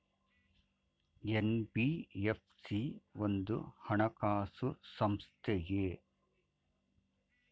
NBFC ಒಂದು ಹಣಕಾಸು ಸಂಸ್ಥೆಯೇ?